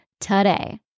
today